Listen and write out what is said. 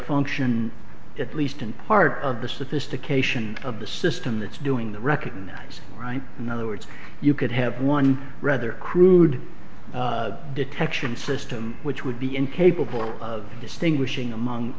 function at least in part of the sophistication of the system that's doing the recognize in other words you could have one rather crude detection system which would be incapable of distinguishing among